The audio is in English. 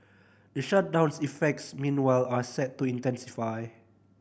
the shutdown's effects meanwhile are set to intensify